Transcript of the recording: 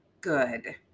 good